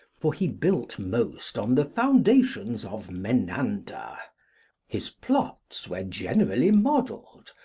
for he built most on the foundations of menander his plots were generally modelled,